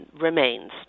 remains